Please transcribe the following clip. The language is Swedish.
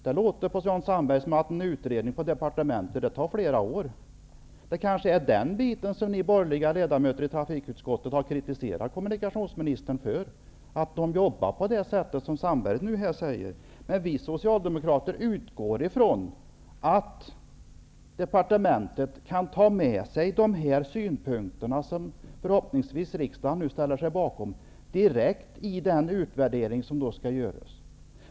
Det låter på honom som om en utredning på departementet tar flera år i anspråk. Det är kanske det förhållandet att man arbetar på det sätt som Sandberg nu antyder som de borgerliga kritiserar kommunikationsministern för. Vi socialdemokrater utgår dock från att departementet direkt i den utredning som skall göras kan ta med sig de synpunkter som riksdagen nu förhoppningsvis ställer sig bakom.